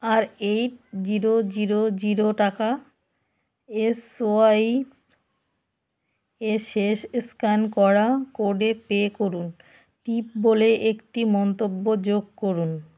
আর eight zero zero zero টাকা S Y A শেষ scan করা কোডে পে করুন টিপ বলে একটি মন্তব্য যোগ করুন